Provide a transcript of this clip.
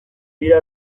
bira